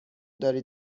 داری